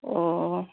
অঁ